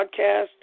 podcast